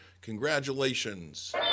Congratulations